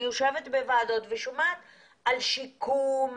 אני יושבת בוועדות ושומעת על שיקום,